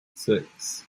six